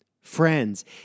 Friends